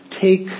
take